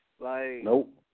Nope